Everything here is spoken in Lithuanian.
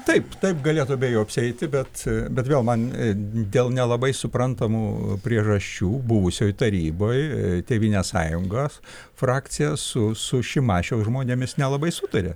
taip taip galėtų be jo apsieiti bet bet vėl man dėl nelabai suprantamų priežasčių buvusioj taryboj tėvynės sąjunga frakcija su su šimašiaus žmonėmis nelabai sutaria